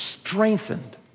strengthened